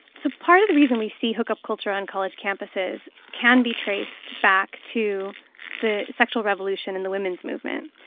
so part of the reason we see hookup culture on college campuses can be traced back to the sexual revolution and the women's movement.